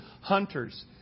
hunters